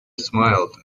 smiled